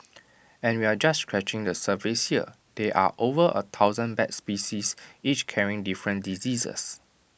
and we're just scratching the surface here there are over A thousand bat species each carrying different diseases